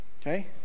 okay